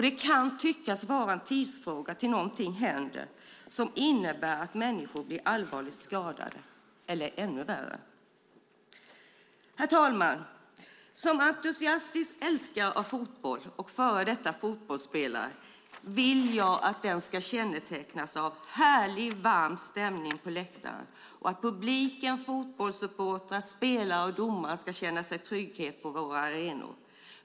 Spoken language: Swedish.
Det kan tyckas vara en tidsfråga tills någonting händer som innebär att människor blir allvarligt skadade eller ännu värre. Herr talman! Som entusiastisk älskare av fotboll och före detta fotbollsspelare vill jag att fotbollen ska kännetecknas av härlig, varm stämning på läktaren och att publiken, fotbollssupportrar, spelare och domare ska känna trygghet på våra arenor.